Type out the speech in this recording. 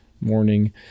morning